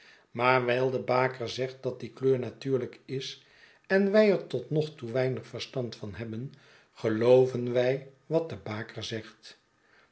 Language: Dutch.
maar wijl de baker zegt dat die kleur natuurlijk is en wij er totnogtoe weinig verstand van hebben gelooven wij wat de baker zegt